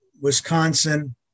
Wisconsin